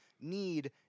need